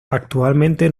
actualmente